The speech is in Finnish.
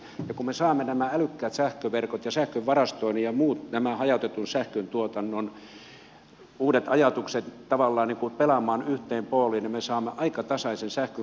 kun me saamme nämä älykkäät sähköverkot ja sähkön varastoinnin ja muut hajautetun sähköntuotannon uudet ajatukset tavallaan pelaamaan yhteen pooliin niin me saamme aika tasaisen sähkön kulutuskäyrän